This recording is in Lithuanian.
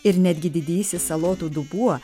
ir netgi didysis salotų dubuo